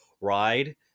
ride